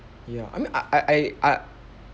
ya I mean I I I